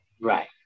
Right